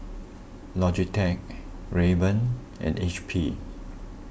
Logitech Rayban and H P